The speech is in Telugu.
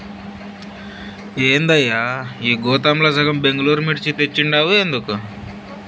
ఏందయ్యా ఈ గోతాంల సగం బెంగళూరు మిర్చి తెచ్చుండావు ఎందుకు